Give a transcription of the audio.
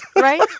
right